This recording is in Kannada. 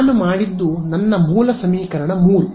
ನಾನು ಮಾಡಿದ್ದು ನನ್ನ ಮೂಲ ಸಮೀಕರಣ 3